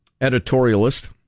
editorialist